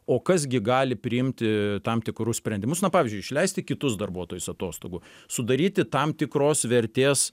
o kas gi gali priimti tam tikrus sprendimus na pavyzdžiui išleisti kitus darbuotojus atostogų sudaryti tam tikros vertės